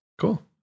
Cool